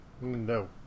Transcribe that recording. No